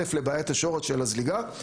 ראשית לבעיית השורש של הזליגה,